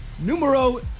Numero